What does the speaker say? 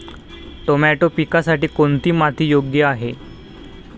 Tomato पिकासाठी कोणती माती योग्य आहे?